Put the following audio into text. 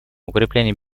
укрепление